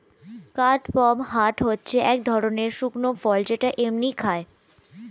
কাদপমহাট হচ্ছে এক ধরণের শুকনো ফল যেটা এমনিই খায়